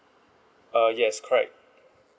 uh yes correct